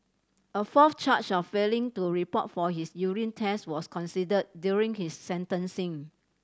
a fourth charge of failing to report for his urine test was considered during his sentencing